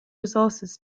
resources